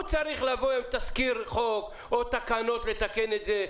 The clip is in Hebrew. הוא צריך לבוא עם תזכיר חוק ועם תקנות ולתקן את זה,